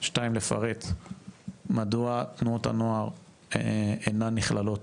שתיים, לפרט מדוע תנועות הנוער אינן נכללות